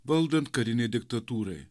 valdant karinei diktatūrai